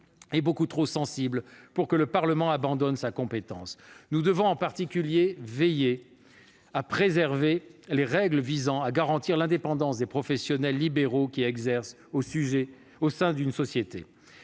est beaucoup trop sensible pour que le Parlement abandonne sa compétence. Nous devons en particulier veiller à préserver les règles visant à garantir l'indépendance des professionnels libéraux qui exercent au sein d'une société,